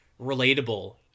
relatable